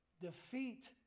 Defeat